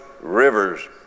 rivers